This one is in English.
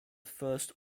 first